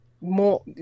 more